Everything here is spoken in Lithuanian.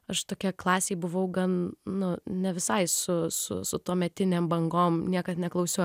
aš tokia klasėj buvau gan nu ne visai su su tuometinėm bangom niekad neklausiau